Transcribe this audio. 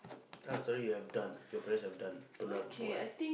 tell a story you have done your parents have done